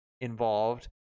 involved